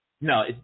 No